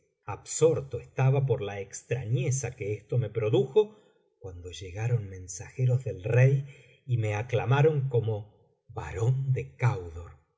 absorto estaba por la extrañeza que esto me produjo cuando llegaron mensajeros del rey y me aclamaron como barón de candor